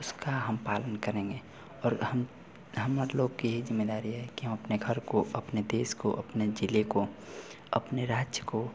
इसका हम पालन करेंगे और और हम हम लोग की ज़िम्मेदारी है कि हम अपने घर को अपने देश को अपने ज़िले को अपने राज्य को